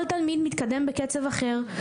כל תלמיד מתקדם בקצב אחר,